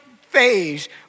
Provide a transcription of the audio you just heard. phase